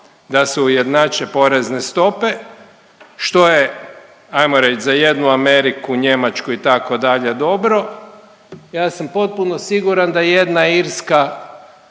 da se ujednače porezne stope što je ajmo reć za jednu Ameriku, Njemačku itd., dobro. Ja sam potpuno siguran da jedna Irska